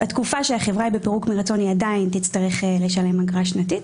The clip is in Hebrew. בתקופה שהחברה היא בפירוק מרצון היא עדיין תצטרך לשלם אגרה שנתית.